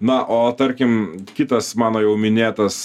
na o tarkim kitas mano jau minėtas